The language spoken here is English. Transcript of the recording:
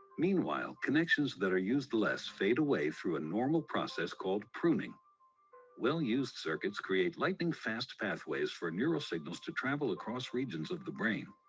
meanwhile connections that are used less fade away through a normal process called pruning will you circuits create lightning-fast pathways for neural signals to travel across regions of the brain.